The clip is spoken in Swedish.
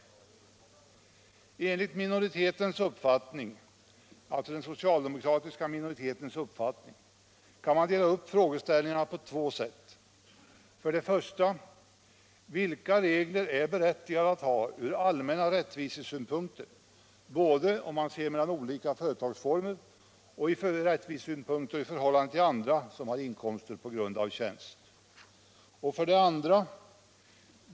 Enligt den socialdemokratiska minoritetens uppfattning kan man dela upp frågeställningen på två sätt: 1. Vilka regler är berättigade att ha ur allmänna rättvisesynpunkter både mellan olika företagsformer och i förhållande till andra som har inkomster på grund av tjänst? 2.